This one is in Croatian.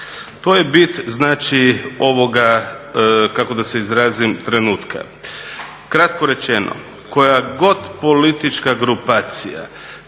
To je bit znači ovoga, kako da se izrazim, trenutka. Kratko rečeno, koja god politička grupacija